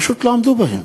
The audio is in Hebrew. פשוט לא עמדו בהם.